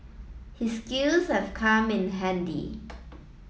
his skills have come in handy